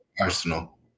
arsenal